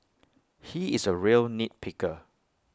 he is A real nit picker